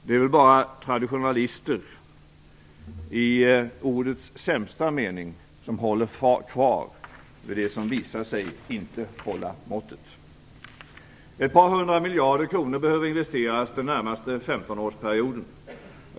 Det är väl bara traditionalister i ordets sämsta mening som håller kvar vid det som visar sig inte hålla måttet. Ett par hundra miljarder kronor behöver investeras den närmaste 15-årsperioden.